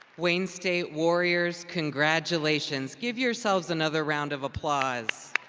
wayne state warriors, congratulations! give yourselves another round of applause.